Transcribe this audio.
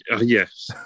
Yes